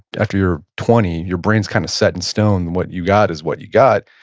after you're twenty, your brain's kind of set in stone. what you got is what you got.